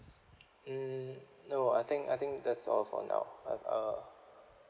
mm no I think I think that's all for now but uh